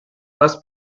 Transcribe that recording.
less